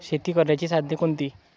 शेती करण्याची साधने कोणती?